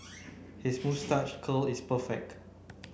his moustache curl is perfect